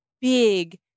big